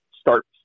start